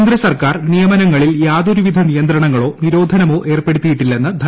കേന്ദ്ര സർക്കാർ നിയമനങ്ങളിൽ യാതൊരുവിധ നിയന്ത്രണങ്ങളോ നിരോധനമോ ഏർപ്പെടുത്തിയിട്ടില്ലെന്ന് ധനമന്താലയം